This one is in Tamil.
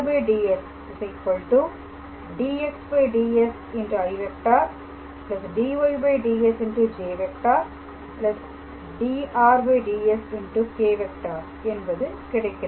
ds dxds i dyds j dr ds k̂ என்பது கிடைக்கிறது